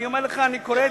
אני אומר לך, אני קורא את,